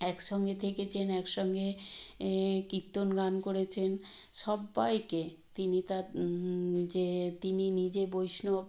একসঙ্গে থেকেছেন একসঙ্গে কীর্তন গান করেছেন সব্বাইকে তিনি তার যে তিনি নিজে বৈষ্ণব